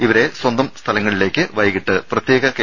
ഇവരെ സ്വന്തം സ്ഥലങ്ങളിലേക്കു വൈകിട്ട് പ്രത്യേക കെ